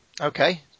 Okay